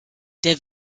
der